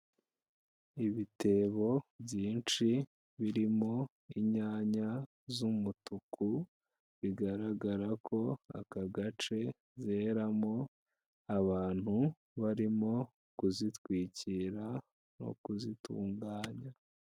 Ibitebo byinshi birimo inyanya z'umutuku bigaragara ko aka gace zeramo, abantu barimo kuzitwikira no kuzitunganya.